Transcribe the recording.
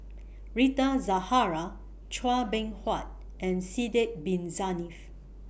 Rita Zahara Chua Beng Huat and Sidek Bin Saniff